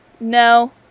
No